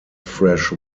fresh